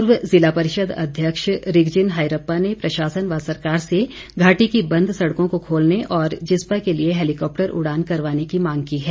पूर्व ज़िला परिषद अध्यक्ष रिगजिन हायरप्पा ने प्रशासन व सरकार से घाटी की बंद सड़कों को खोलने और जिस्पा के लिए हैलीकॉप्टर उड़ान करवाने की मांग की है